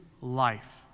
life